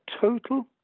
total